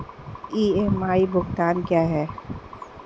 EMI भुगतान क्या है?